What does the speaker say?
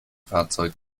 fahrzeug